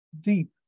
deep